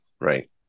right